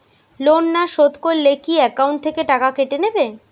Loan না শোধ করলে কি একাউন্ট থেকে টাকা কেটে নেবে?